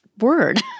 word